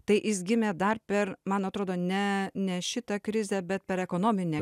tai jis gimė dar per man atrodo ne ne šitą krizę bet per ekonominę